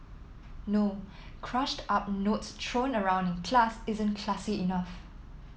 no crushed up notes thrown around in class isn't classy enough